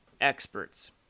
experts